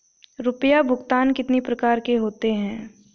रुपया भुगतान कितनी प्रकार के होते हैं?